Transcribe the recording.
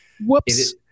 Whoops